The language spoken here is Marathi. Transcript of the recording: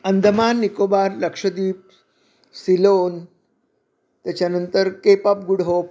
अंदमान निकोबार लक्षद्वीप सिलोन त्याच्यानंतर केप ऑप गुड होप